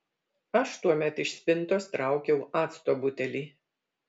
aš tuomet iš spintos traukiau acto butelį